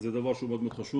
זה דבר שהוא מאוד מאוד חשוב.